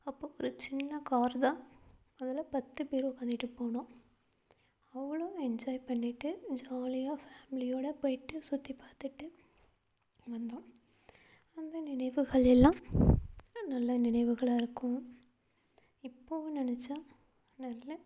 அப்போ ஒரு சின்ன கார் தான் அதில் பத்து பேர் உட்காந்துட்டு போனோம் அவ்வளோ என்ஜாய் பண்ணிட்டு ஜாலியாக ஃபேம்லியோடய போயிட்டு சுற்றி பார்த்துட்டு வந்தோம் அந்த நினைவுகள் எல்லாம் நல்ல நினைவுகளாக இருக்கும் இப்போவும் நினச்சா நல்ல